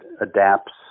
adapts